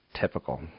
typical